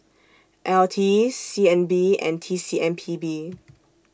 L T C N B and T C M P B